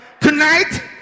tonight